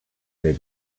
they